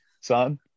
son